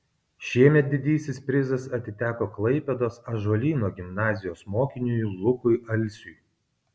šiemet didysis prizas atiteko klaipėdos ąžuolyno gimnazijos mokiniui lukui alsiui